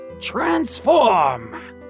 transform